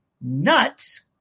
nuts